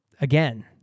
again